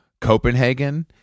Copenhagen